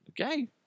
Okay